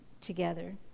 together